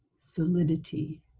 Solidity